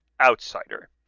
outsider